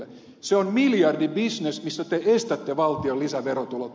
se on miljardibisnes josta te estätte valtion lisäverotulot